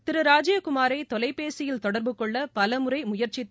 திரு ராஜுவ் குமாரை தொலைபேசியில் தொடர்பு கொள்ள பலழறை முயற்ச்சித்தும்